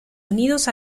unidos